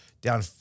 down